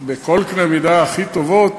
בכל קנה מידה, הכי טובות.